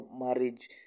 marriage